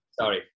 Sorry